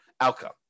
outcome